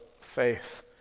faith